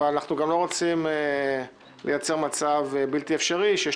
אבל אנחנו גם לא רוצים לייצר מצב בלתי אפשרי שיש